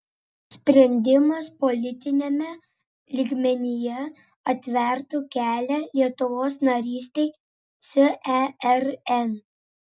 sprendimas politiniame lygmenyje atvertų kelią lietuvos narystei cern